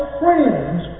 friends